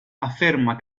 afferma